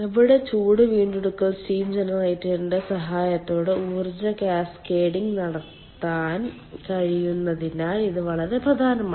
നമ്മുടെ ചൂട് വീണ്ടെടുക്കൽ സ്റ്റീം ജനറേറ്ററിന്റെ സഹായത്തോടെ ഊർജ്ജ കാസ്കേഡിംഗ് നടത്താൻ കഴിയുന്നതിനാൽ ഇത് വളരെ പ്രധാനമാണ്